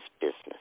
business